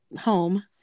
home